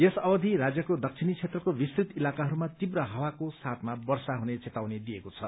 यस अवधि राज्यको दक्षिणी क्षेत्रको विस्तृत इलाकाहरूमा तीव्र हावाको साथमा वर्षा हुने चेतावनी दिएको छ